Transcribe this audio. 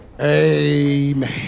Amen